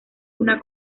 una